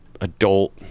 adult